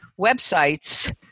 websites